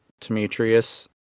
Demetrius